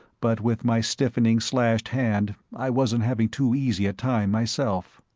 but with my stiffening slashed hand i wasn't having too easy a time myself.